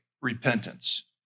repentance